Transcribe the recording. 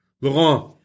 Laurent